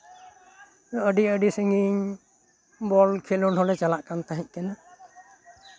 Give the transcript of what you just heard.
ᱟᱹᱰᱤ ᱟᱹᱰᱤ ᱥᱟ ᱜᱤᱧ ᱵᱚᱞ ᱠᱷᱮᱞᱳᱰ ᱦᱚᱞᱮ ᱪᱟᱞᱟᱜ ᱠᱟᱱ ᱛᱟᱦᱮᱸᱜ ᱠᱟᱱᱟ